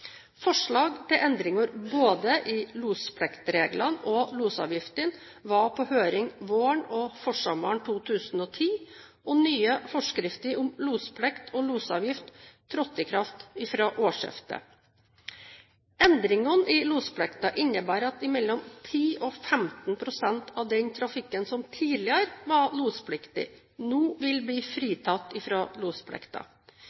Forslag til endringer både i lospliktreglene og losavgiftene var på høring våren og forsommeren 2010, og nye forskrifter om losplikt og losavgifter trådte i kraft fra årsskiftet. Endringene i losplikten innebærer at mellom 10 pst. og 15 pst. av den trafikken som tidligere var lospliktig, nå vil bli